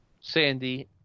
Sandy